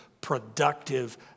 productive